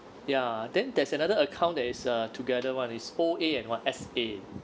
ya then there's another account that is uh together one is O_A and what S_A